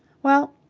well,